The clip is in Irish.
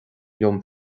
liom